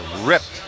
ripped